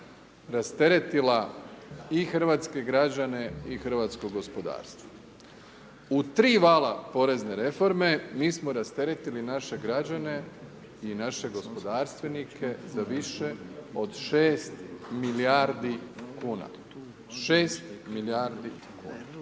rasteretila i hrvatske građane i hrvatsko gospodarstvo. U tri vala porezne reforme mi smo rasteretili naše građane i naše gospodarstvenike za više od 6 milijardi kuna. 6 milijardi kuna.